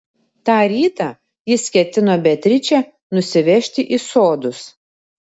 tą rytą jis ketino beatričę nusivežti į sodus